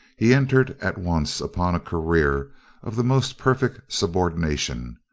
he entered at once upon a career of the most perfect subordination.